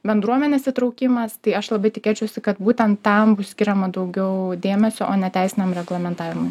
bendruomenės įtraukimas tai aš labai tikėčiausi kad būtent tam bus skiriama daugiau dėmesio o ne teisiniam reglamentavimui